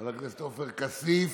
חבר הכנסת עופר כסיף,